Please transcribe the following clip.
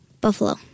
Buffalo